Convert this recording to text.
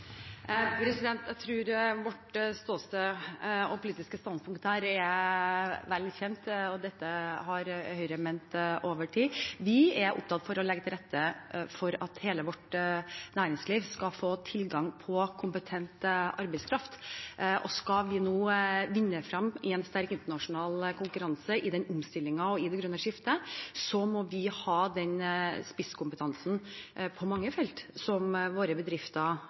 Jeg tror vårt ståsted og politiske standpunkt her er vel kjent, og dette har Høyre ment over tid. Vi er opptatt av å legge til rette for at hele næringslivet vårt skal få tilgang på kompetent arbeidskraft. Skal vi vinne frem i en sterk internasjonal konkurranse i omstillingen og i det grønne skiftet, må vi ha den spisskompetansen som bedriftene våre trenger på mange felt.